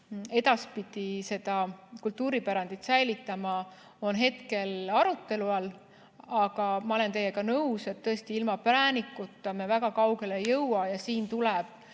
edaspidi seda kultuuripärandit säilitama, on hetkel arutelu all. Aga ma olen teiega nõus, et tõesti ilma präänikuta me väga kaugele ei jõua. Kuna